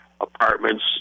apartments